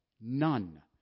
none